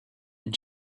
and